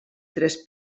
tres